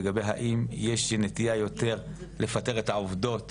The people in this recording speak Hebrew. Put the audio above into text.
לגבי האם יש נטייה יותר לפטר את העובדות